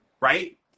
right